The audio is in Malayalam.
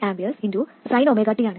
1 mA sin ωt ആണ്